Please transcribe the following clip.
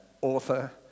author